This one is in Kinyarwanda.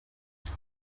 ibyo